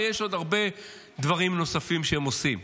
ויש עוד הרבה דברים נוספים שהם עושים.